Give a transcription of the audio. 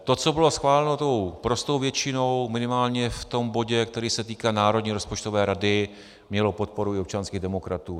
To, co bylo schváleno prostou většinou minimálně v tom bodě, který se týká Národní rozpočtové rady, mělo podporu i občanských demokratů.